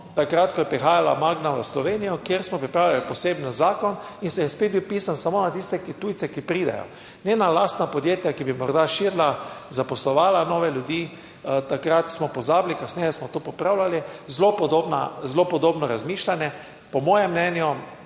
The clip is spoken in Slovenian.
takrat, ko je prihajala Magna v Slovenijo, kjer smo pripravili poseben zakon in se je spet bil pisan samo na tiste tujce, ki pridejo njena lastna podjetja, ki bi morda širila, zaposlovala nove ljudi, takrat smo pozabili, kasneje smo to popravljali. Zelo podobna, zelo podobno razmišljanje. Po mojem mnenju